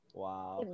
wow